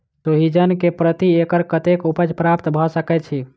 सोहिजन केँ प्रति एकड़ कतेक उपज प्राप्त कऽ सकै छी?